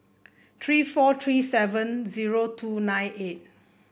three four three seven zero two nine eight